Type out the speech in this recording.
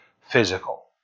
physical